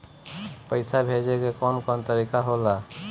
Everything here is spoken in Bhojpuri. पइसा भेजे के कौन कोन तरीका होला?